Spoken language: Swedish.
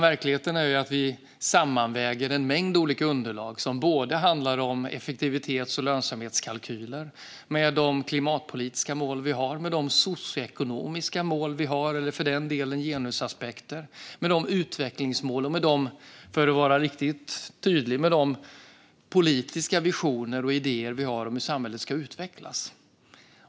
Verkligheten är att vi sammanväger en mängd olika underlag som avser både effektivitets och lönsamhetskalkyler med de klimatpolitiska och socioekonomiska mål vi har och, för den delen, genusaspekter, samt med utvecklingsmål och, för att vara riktigt tydlig, de politiska visioner och idéer vi har om hur samhället ska utvecklas.